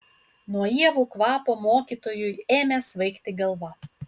nuo ievų kvapo mokytojui ėmė svaigti galva